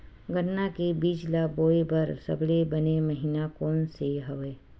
गन्ना के बीज ल बोय बर सबले बने महिना कोन से हवय?